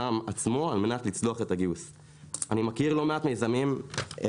אני מכיר לא מעט יזמים עם רעיונות מעולים שהגענו אלינו עם הלשון בחוץ